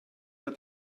hat